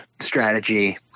strategy